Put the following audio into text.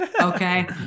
Okay